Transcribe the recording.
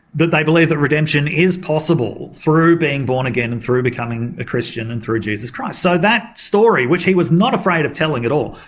they believe that redemption is possible through being born again and through becoming a christian and through jesus christ. so that story which he was not afraid of telling at all,